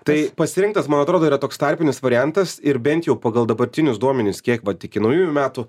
tai pasirinktas man atrodo yra toks tarpinis variantas ir bent jau pagal dabartinius duomenis kiek vat iki naujųjų metų